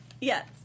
Yes